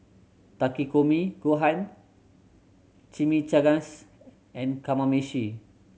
Takikomi Gohan Chimichangas and Kamameshi